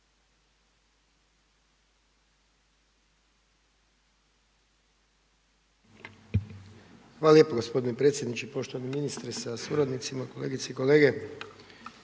Hvala lijepo gospodine predsjedniče, poštovani ministre sa suradnicima, kolegice i kolege.